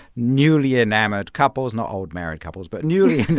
newly enamored couples not old married couples but newly.